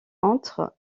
entre